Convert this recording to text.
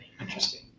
Interesting